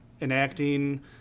enacting